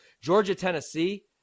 Georgia-Tennessee